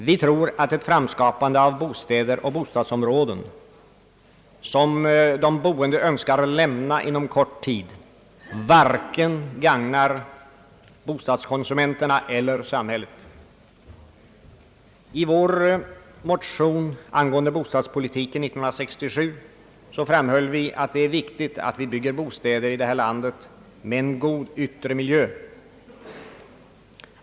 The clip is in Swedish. Vi tror att ett framskapande av bostäder och bostadsområden, som de boende önskar lämna inom kort tid, varken gagnar bostadskonsumenterna eller samhället. I vår motion angående bostadspolitiken 1967 framhöll vi, att det är viktigt att man bygger bostäder i det här landet med en god yttre miljö.